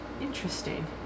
interesting